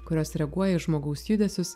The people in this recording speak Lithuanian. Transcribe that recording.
kurios reaguoja į žmogaus judesius